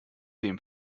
dem